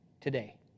today